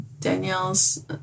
Danielle's